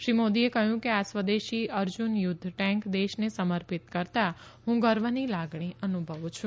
શ્રી મોદીએ કહયું કે આ સ્વદેશી અર્જુન યુધ્ધ ટેન્ક દેશને સમર્પિત કરતા હું ગર્વની લાગણી અનુભવુ છું